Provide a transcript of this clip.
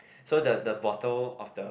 so the the bottle of the